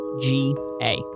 G-A